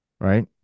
right